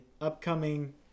upcoming